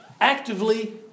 actively